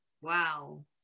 Wow